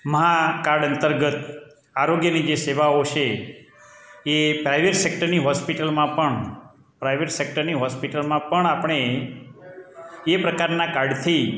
માં કાર્ડ અંતર્ગત આરોગ્યની જે સેવાઓ છે એ પ્રાઈવેટ સેક્ટરની હોસ્પિટલમાં પણ પ્રાઈવેટ સેક્ટરની હોસ્પિટલમાં પણ આપણે એ પ્રકારના કાર્ડથી